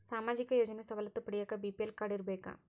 ಸಾಮಾಜಿಕ ಯೋಜನೆ ಸವಲತ್ತು ಪಡಿಯಾಕ ಬಿ.ಪಿ.ಎಲ್ ಕಾಡ್೯ ಇರಬೇಕಾ?